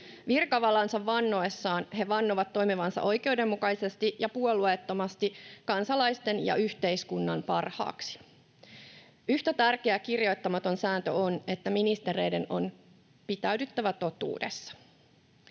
Virkavalansa vannoessaan he vannovat toimivansa oikeudenmukaisesti ja puolueettomasti kansalaisten ja yhteiskunnan parhaaksi. Yhtä tärkeä, kirjoittamaton sääntö on, että ministereiden on pitäydyttävä totuudessa.